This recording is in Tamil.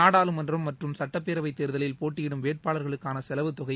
நாடாளுமன்றம் மற்றும் சுட்டப்பேரவை தேர்தலில் போட்டியிடும் வேட்பாளர்களுக்கான செலவு தொகை